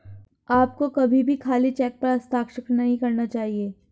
आपको कभी भी खाली चेक पर हस्ताक्षर नहीं करना चाहिए